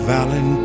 Valentine